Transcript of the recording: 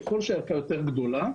ככל שהערכה יותר גדולה,